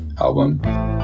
album